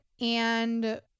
And-